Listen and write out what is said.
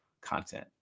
content